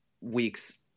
weeks